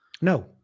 No